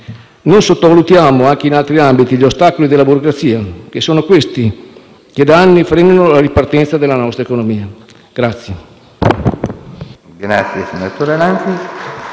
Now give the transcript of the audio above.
Non sottovalutiamo anche in altri ambiti gli ostacoli della burocrazia; sono questi che da anni frenano la ripartenza della nostra economia.